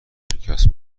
شکست